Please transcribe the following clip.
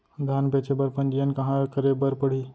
धान बेचे बर पंजीयन कहाँ करे बर पड़ही?